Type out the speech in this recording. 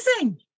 amazing